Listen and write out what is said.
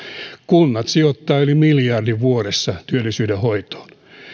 kunnat sijoittavat yli miljardin vuodessa työllisyyden hoitoon ja